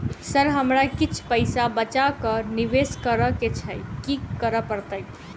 Sir हमरा किछ पैसा बचा कऽ निवेश करऽ केँ छैय की करऽ परतै?